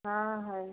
हाँ है